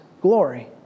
glory